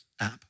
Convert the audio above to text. app